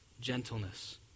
gentleness